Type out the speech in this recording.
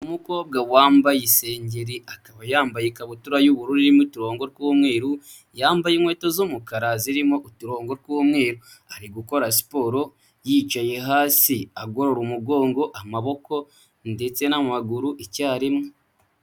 Umukobwa wambaye isengengeri akaba yambaye ikabutura y'ubururu irimo uturongo tw'umweru, yambaye inkweto z'umukara zirimo uturongo tw'umweru, ari gukora siporo yicaye hasi agorora umugongo, amaboko ndetse n'amaguru icyarimwe.